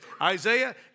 Isaiah